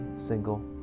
single